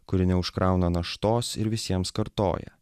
kuri neužkrauna naštos ir visiems kartoja